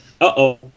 uh-oh